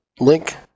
Link